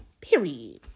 Period